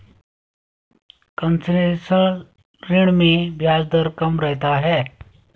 concessional ऋण में ब्याज दर कम रहता है